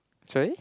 sorry